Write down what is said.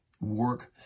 work